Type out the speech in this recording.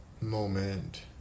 moment